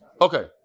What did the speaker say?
okay